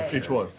each one.